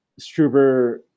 Struber